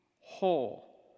whole